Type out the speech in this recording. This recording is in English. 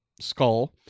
skull